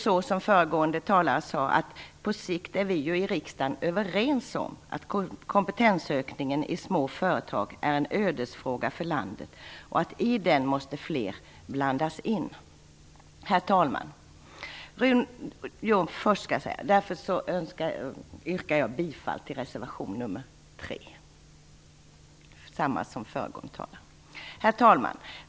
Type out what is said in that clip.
Som föregående talare sade är vi ju i riksdagen överens om att kompetensökningen i små företag på sikt är en ödesfråga för landet och att fler måste blandas in i denna fråga. Jag yrkar därför liksom föregående talare bifall till reservation nr 3. Herr talman!